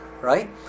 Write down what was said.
right